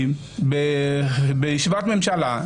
בישיבת ממשלה,